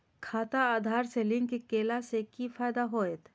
खाता आधार से लिंक केला से कि फायदा होयत?